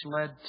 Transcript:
led